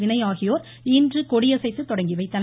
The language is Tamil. வினய் ஆகியோர் இன்று கொடியசைத்து தொடங்கி வைத்தனர்